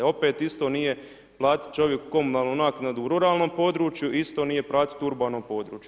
Opet isto nije platiti čovjeku komunalnu naknadu u ruralnom području, isto nije platiti u urbanom području.